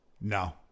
No